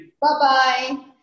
Bye-bye